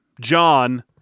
John